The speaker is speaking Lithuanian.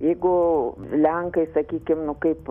jeigu lenkai sakykim nu kaip